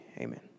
Amen